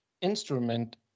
instrument